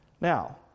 Now